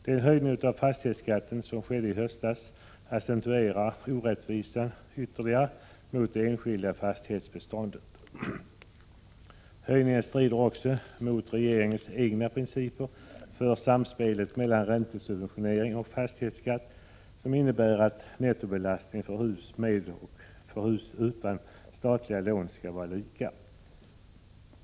Den höjning av fastighetsskatten som skedde i höstas accentuerade ytterligare orättvisan gentemot det enskilt ägda fastighetsbeståndet. Höjningen strider också mot regeringens egna principer för samspelet mellan räntesubventionering och fastighetsskatt. Dessa principer innebär att nettobelastningen för hus med och för hus utan statliga lån skall vara lika.